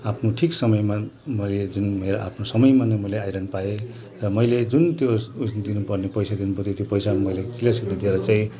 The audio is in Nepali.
आफ्नो ठिक समयमा मैले जुन मेरो आफ्नो समयमा नै मैले आइरन पाएँ र मैले जुन त्यो उयो दिनु पर्ने पैसा दिनु पर्थ्यो त्यो पैसा नि मैले क्लियरसित दिएर चाहिँ